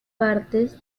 partes